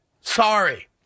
Sorry